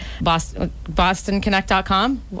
bostonconnect.com